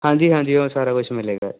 ਹਾਂਜੀ ਹਾਂਜੀ ਉਹ ਸਾਰਾ ਕੁਛ ਮਿਲੇਗਾ